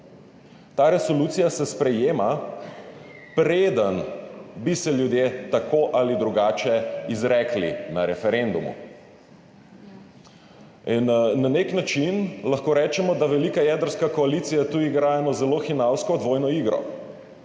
ta resolucija se sprejema, preden bi se ljudje tako ali drugače izrekli na referendumu. Na nek način lahko rečemo, da velika jedrska koalicija tu igra eno zelo hinavsko dvojno igro.